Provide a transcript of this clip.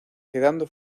quedando